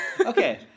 okay